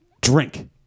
drink